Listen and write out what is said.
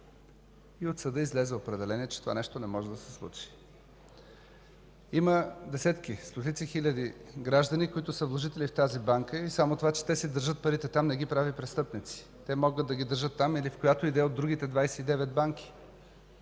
и от съда излезе определение, че това нещо не може да се случи. Има десетки, стотици хиляди граждани, които са вложители в тази Банка и само това, че си държат парите там, не ги прави престъпници. Те могат да ги държат там или в която и да е от другите 29 банки.